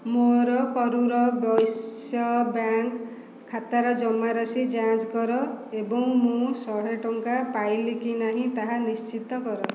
ମୋର କରୂର ବୈଶ୍ୟ ବ୍ୟାଙ୍କ୍ ଖାତାର ଜମାରାଶି ଯାଞ୍ଚ କର ଏବଂ ମୁଁ ଶହେ ଟଙ୍କା ପାଇଲି କି ନାହିଁ ତାହା ନିଶ୍ଚିତ କର